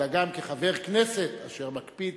אלא גם כחבר כנסת, אשר מקפיד